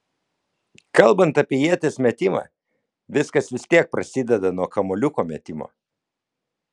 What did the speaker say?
kalbant apie ieties metimą viskas vis tiek prasideda nuo kamuoliuko metimo